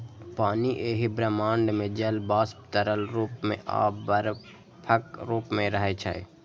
पानि एहि ब्रह्मांड मे जल वाष्प, तरल रूप मे आ बर्फक रूप मे रहै छै